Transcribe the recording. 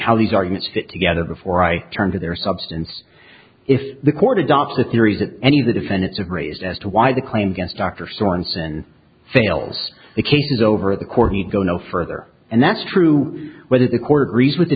how these arguments fit together before i turn to their substance if the court adopts the theories that any of the defendants have raised as to why the claim against dr sorenson fails the case is over the court he'd go no further and that's true whether the court reason with the